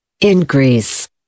Increase